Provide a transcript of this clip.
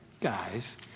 guys